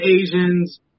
Asians